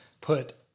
put